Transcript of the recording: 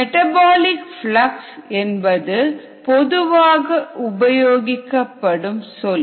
metabolic flux என்பது பொதுவாக உபயோகிக்கப்படும் சொல்